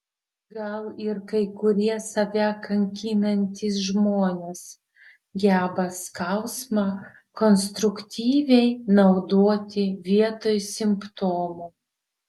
gal ir kai kurie save kankinantys žmonės geba skausmą konstruktyviai naudoti vietoj simptomų